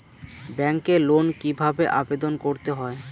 ব্যাংকে লোন কিভাবে আবেদন করতে হয়?